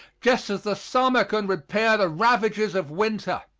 just as the summer can repair the ravages of winter.